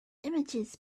images